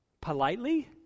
politely